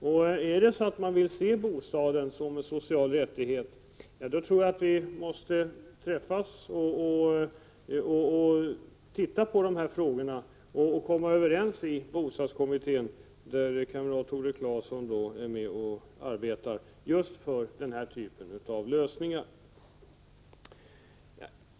Om vi vill se bostaden som en social rättighet, tror jag att vi måste träffas och se över de här frågorna och komma överens i bostadskommittén, där kamrat Tore Claeson är med och arbetar just för den här typen av lösningar.